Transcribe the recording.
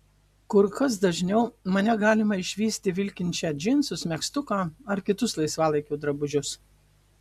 kur kas dažniau mane galima išvysti vilkinčią džinsus megztuką ar kitus laisvalaikio drabužius